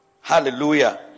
Hallelujah